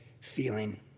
feeling